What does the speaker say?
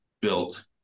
built